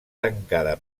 tancada